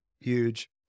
Huge